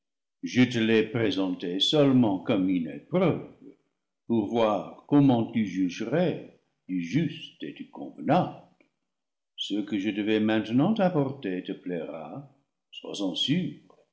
je te l'ai présentée seulement comme une épreuve pour voir comment tu juge rais du juste et du convenable ce que je te vais maintenant apporter te plaira sois-en sûr